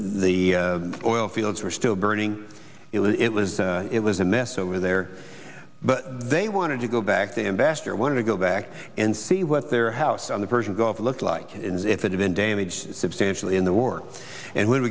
the oil fields were still burning it was it was it was a mess over there but they wanted to go back to invest or wanted to go back and see what their house on the persian gulf looked like if it had been damaged substantia in the war and when